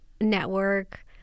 network